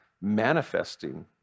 manifesting